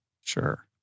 Sure